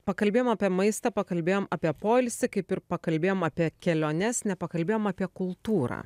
pakalbėjom apie maistą pakalbėjom apie poilsį kaip ir pakalbėjom apie keliones nepakalbėjom apie kultūrą